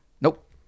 nope